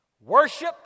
Worship